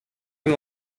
and